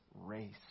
race